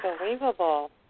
Unbelievable